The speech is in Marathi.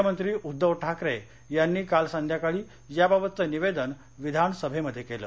मुख्यमंत्री उद्धव ठाकरे यांनी काल संध्याकाळी याबाबतचं निवेदन विधानसभेमध्ये केलं